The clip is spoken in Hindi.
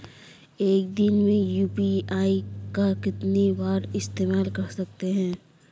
एक दिन में यू.पी.आई का कितनी बार इस्तेमाल कर सकते हैं?